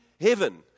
heaven